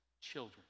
children